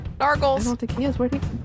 Nargles